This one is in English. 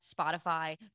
Spotify